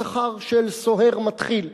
השכר של סוהר מתחיל,